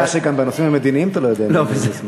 הבעיה שגם בנושאים המדיניים אתה לא יודע מי ימין ומי שמאל.